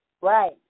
Right